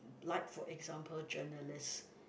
like for example journalist